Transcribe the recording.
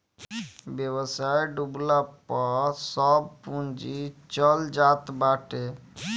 व्यवसाय डूबला पअ सब पूंजी चल जात बाटे